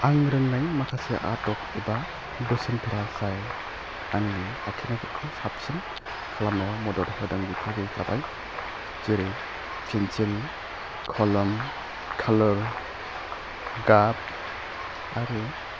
आं रोंनाय माखासे आदब एबा बोसोनफोरा जाय आंनि आखिनायफोरखौ साबसिन खालामनायाव मदद होदों बेफोरो जाबाय जेरै पेनसिल कलम कालार गाब आरो